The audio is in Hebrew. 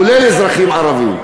אתה, כולל אזרחים ערבים.